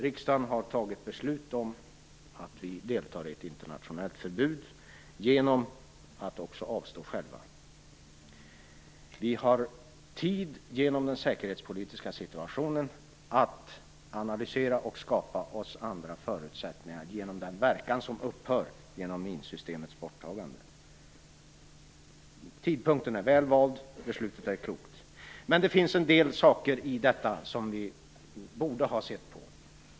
Riksdagen har fattat beslut om att vi deltar i ett internationellt förbud mot antipersonella minor genom att också avstå själva. Genom den säkerhetspolitiska situationen har vi tid att analysera och skapa oss andra förutsättningar genom den verkan som upphör genom minsystemets borttagande. Tidpunkten är väl vald, och beslutet är klokt. Men det finns en del saker i detta som vi borde ha sett på.